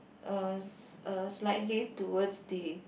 uh uh slightly towards the